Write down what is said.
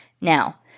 Now